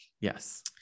Yes